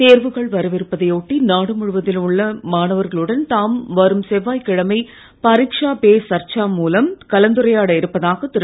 தேர்வுகள் வரவிருப்பதை ஒட்டி நாடு முழுவதிலும் உள்ள மாணவர்களுடன் தாம் வரும் செவ்வாய் கிழமை பரிக்க்ஷா பே சர்ச்சா நிகழ்ச்சி மூலம் கலந்துரையாட இருப்பதாக திரு